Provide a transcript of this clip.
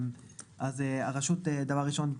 אז דבר ראשון,